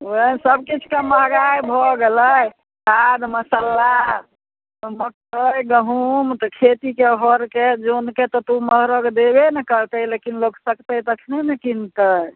ओहए सब किछुके महगाइ भऽ गेलै खाद मसाला मकै गहूँम तऽ खेतीके हरके जनके तऽ ओ महरग देबे ने करतै लेकिन लोक सकतै तखने ने किनतै